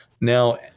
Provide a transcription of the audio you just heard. Now